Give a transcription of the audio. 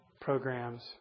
programs